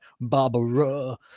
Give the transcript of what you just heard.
Barbara